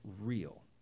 real